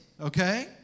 okay